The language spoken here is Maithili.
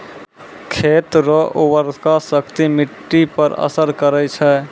खेत रो उर्वराशक्ति मिट्टी पर असर करै छै